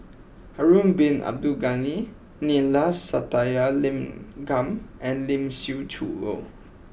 Harun Bin Abdul Ghani Neila Sathyalingam and Lee Siew Choh